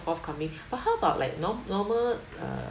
forthcoming but how about like norm~ normal err